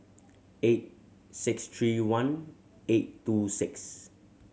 eight six three one eight two six